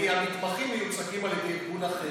כי המתמחים מיוצגים על ידי ארגון אחר.